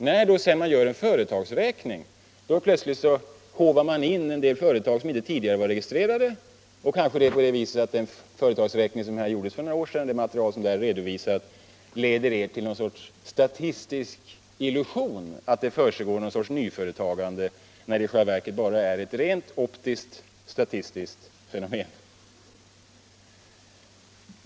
När man sedan gör en företagsräkning håvar man plötsligt in en del företag som inte tidigare var registrerade. Kanske är det så att det material som redovisades i den för några år sedan gjorda företagsräkningen skapar en statistisk illusion hos er, innebärande att det försiggår något slags nyföretagande. Detta är alltså ett slags optiskt statistiskt fenomen.